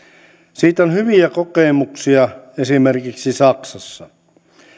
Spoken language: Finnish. siitä on hyviä kokemuksia esimerkiksi saksassa